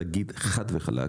להגיד חד וחלק,